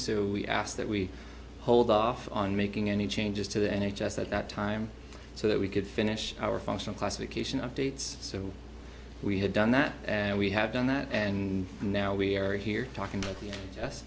so we asked that we hold off on making any changes to the n h s at that time so that we could finish our functional classification updates so we had done that and we have done that and now we are here talking with us